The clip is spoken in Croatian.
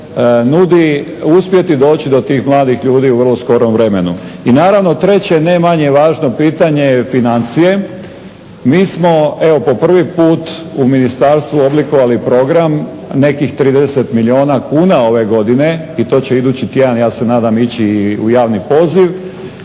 nudi uspjeti doći do tih mladih ljudi u vrlo skorom vremenu. I naravno treće ne manje važno pitanje je financije. Mi smo evo po prvi puta u ministarstvu oblikovali program nekih 30 milijuna kuna ove godine i to će idući tjedan ja se nadam ići u javni poziv,